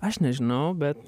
aš nežinau bet